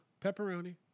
Pepperoni